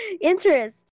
interest